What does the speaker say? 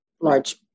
large